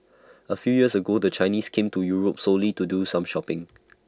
A few years ago the Chinese came to Europe solely to do some shopping